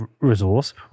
resource